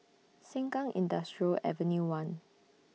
Sengkang Industrial Avenue one